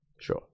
sure